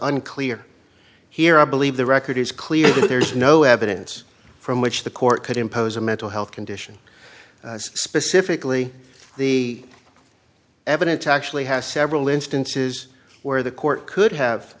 unclear here i believe the record is clear that there is no evidence from which the court could impose a mental health condition specifically the evidence actually has several instances where the court could